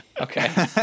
okay